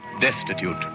destitute